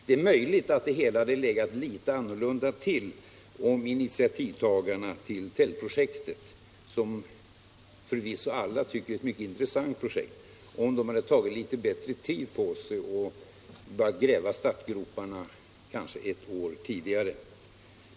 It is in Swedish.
Det är möjligt att det hela hade legat litet annorlunda till, om initiativtagarna till Tältprojektet, som för visso alla tycker är ett mycket intressant projekt, hade tagit litet bättre tid på sig och börjat gräva startgroparna kanske ett år tidigare.